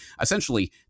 Essentially